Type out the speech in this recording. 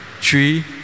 Three